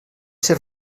ser